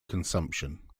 consumption